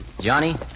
Johnny